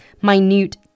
minute